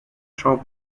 thorpe